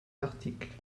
d’articles